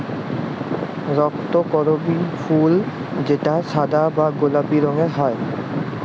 রক্তকরবী ফুল যেটা সাদা বা গোলাপি রঙের হ্যয়